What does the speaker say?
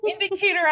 indicator